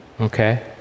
Okay